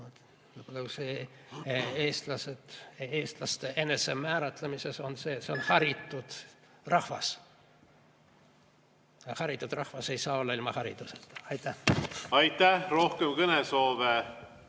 ja eestlaste enesemääratlemises, et me oleme haritud rahvas. Ja haritud rahvas ei saa olla ilma hariduseta. Aitäh! Aitäh! Rohkem kõnesoove